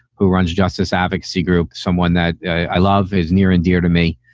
who runs justice advocacy group, someone that i love is near and dear to me.